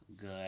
good